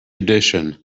edition